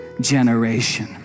generation